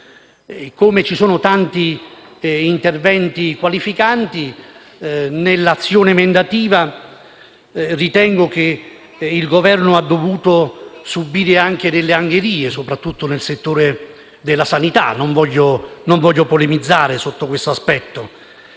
Siccome ci sono tanti interventi qualificanti, nell'azione emendativa ritengo che il Governo abbia dovuto subire anche delle angherie, soprattutto nel settore della sanità, ma non voglio polemizzare su questo aspetto.